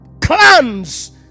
clans